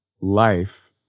life